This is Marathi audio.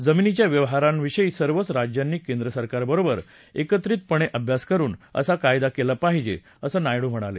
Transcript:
जमिनीच्या व्यवहारांविषयी सर्वच राज्यांनी केंद्रसरकारबरोबर एकत्रितपणे अभ्यास करुन असा कायदा केला पाहिजे असं नायडू म्हणाले